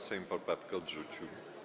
Sejm poprawkę odrzucił.